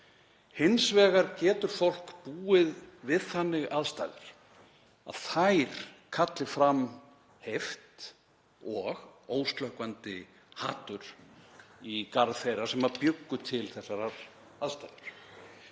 Hins vegar getur fólk búið við þannig aðstæður að þær kalli fram heift og óslökkvandi hatur í garð þeirra sem bjuggu til þessar aðstæður.